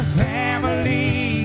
family